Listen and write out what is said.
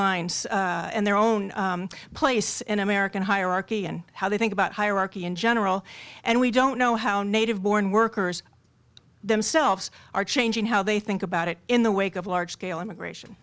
in their own place in american hierarchy and how they think about hierarchy in general and we don't know how native born workers themselves are changing how they think about it in the wake of large scale immigration